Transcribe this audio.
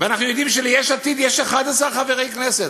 ואנחנו יודעים שליש עתיד יש 11 חברי כנסת.